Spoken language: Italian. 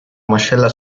mascella